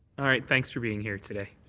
all right. thanks for being here today.